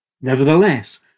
Nevertheless